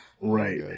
right